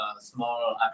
small